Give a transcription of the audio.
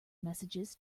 messages